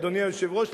אדוני היושב-ראש,